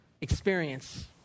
experience